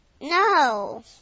No